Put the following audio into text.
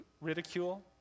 ridicule